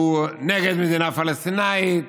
שהוא נגד מדינה פלסטינית